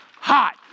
hot